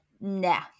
nah